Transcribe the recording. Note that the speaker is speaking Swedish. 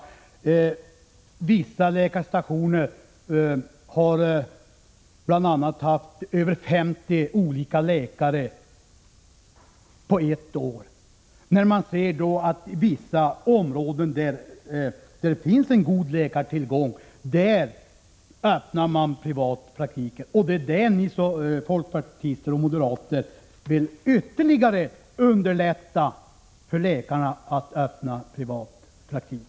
Vissa läkarstationer har haft över 50 olika läkare på ett år. Samtidigt ser man att det öppnas privata läkarpraktiker i områden där läkartillgången är god. Ni folkpartister vill liksom moderaterna ytterligare underlätta för läkare att öppna privat praktik.